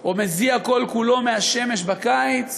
או מזיע כל כולו מהשמש בקיץ.